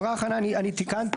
הערה אחרונה אני תיקנתי.